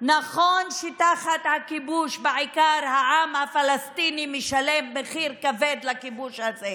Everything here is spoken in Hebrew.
נכון שתחת הכיבוש בעיקר העם הפלסטיני משלם מחיר כבד לכיבוש הזה,